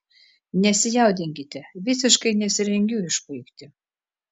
nesijaudinkite visiškai nesirengiu išpuikti